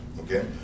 okay